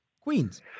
Queens